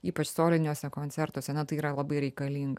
ypač soliniuose koncertuose na tai yra labai reikalinga